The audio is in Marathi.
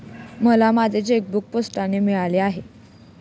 मला माझे चेकबूक पोस्टाने मिळाले आहे